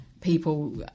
people